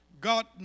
God